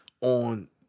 on